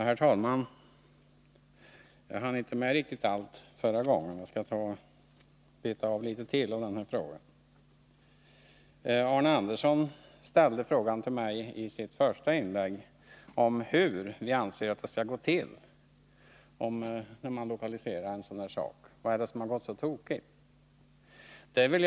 Herr talman! Jag hann inte riktigt med allt förra gången och skall beta av litet till. Arne Andersson i Ljung ställde i sitt första anförande frågan till mig hur vi anser att det skall gå till när man lokaliserar en anläggning för hantering av miljöfarligt avfall. Vad är det som har gått så tokigt? undrade han.